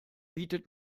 bietet